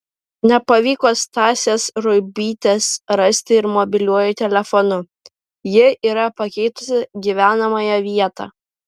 nepavyko stasės ruibytės rasti ir mobiliuoju telefonu ji yra pakeitusi gyvenamąją vietą